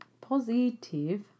positive